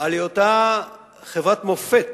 על היותה חברת מופת